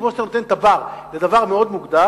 כמו שאתה נותן תב"ר לדבר מאוד מוגדר.